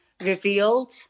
revealed